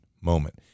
moment